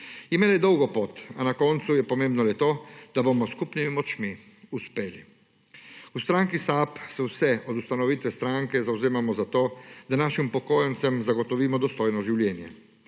Imela je dolgo pot, a na koncu je pomembno le to, da bomo s skupnimi močnimi uspeli. V stranki SAB se vse od ustanovitve stranke zavzemamo za to, da našim upokojencem zagotovimo dostojno življenje.